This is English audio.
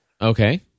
Okay